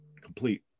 complete